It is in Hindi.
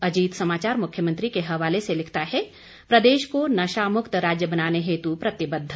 अजीत समचार मुख्यमंत्री के हवाले से लिखता है प्रदेश को नशा मुक्त राज्य बनाने हेतु प्रतिबद्ध